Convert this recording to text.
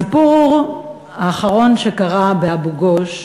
הסיפור האחרון שקרה באבו-גוש,